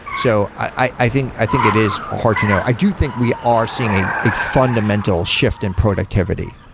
so i i think i think it is hard to know. i do think we are seeing a a fundamental shift in productivity,